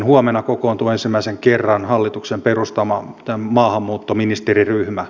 huomenna kokoontuu ensimmäisen kerran hallituksen perustama maahanmuuttoministeriryhmä